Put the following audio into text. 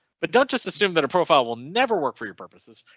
but don't just assume that a profile will never work for your purposes.